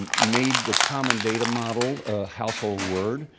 and made the common data model a household word.